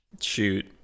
Shoot